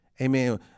Amen